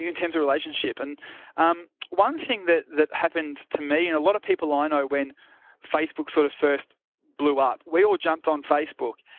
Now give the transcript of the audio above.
in terms of relationship, and um one thing that that happened to me, and a lot of people i know, when facebook sort of first blew up, we all jumped on facebook.